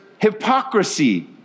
hypocrisy